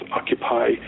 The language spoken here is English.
occupy